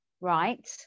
Right